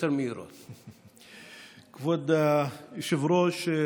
כבוד היושב-ראש,